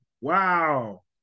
wow